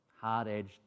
hard-edged